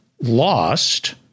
lost